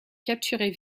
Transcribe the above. capturer